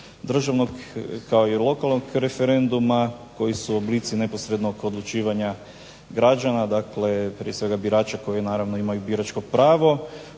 državnog, kao i lokalnog referenduma koji su oblici neposrednog odlučivanja građana, prije svega birača koji imaju biračko pravo,